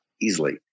easily